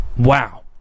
Wow